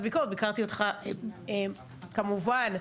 כמובן,